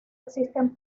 existen